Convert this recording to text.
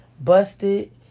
busted